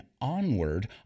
onward